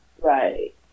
Right